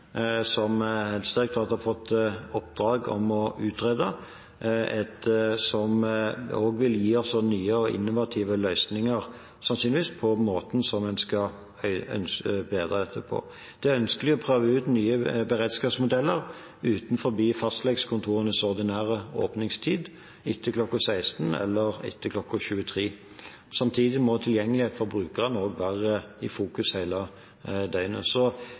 som Helsedirektoratet har fått i oppdrag å utrede, vil det gi oss nye og innovative løsninger, sannsynligvis, for slik det skal være etterpå. Vi ønsker å prøve ut nye beredskapsmodeller utenfor fastlegekontorenes ordinære åpningstid, etter kl. 16.00 eller etter kl. 23.00. Samtidig må tilgjengeligheten for brukeren være i fokus